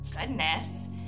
goodness